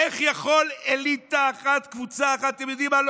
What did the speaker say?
איך יכולה אליטה אחת, קבוצה אחת, אתם יודעים מה?